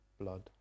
blood